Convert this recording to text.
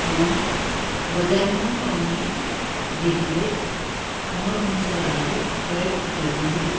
म बजारमा पाउने रेडिमेड मरमसलाहरू प्रयोग गर्दिनँ